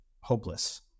hopeless